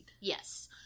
Yes